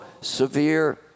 severe